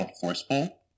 forceful